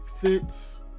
fits